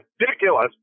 ridiculous